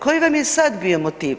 Koji vam je sad bio motiv?